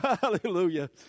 Hallelujah